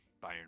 Bayern